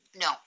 No